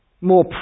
more